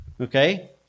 Okay